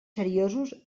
seriosos